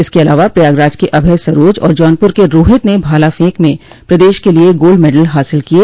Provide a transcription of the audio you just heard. इसके अलावा प्रयागराज के अभय सरोज और जौनप्र के रोहित ने भाला फेंक में प्रदेश के लिये गोल्ड मेडल हासिल किये